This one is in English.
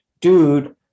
dude